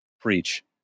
Preach